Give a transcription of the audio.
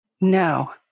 No